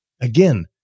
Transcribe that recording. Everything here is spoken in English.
Again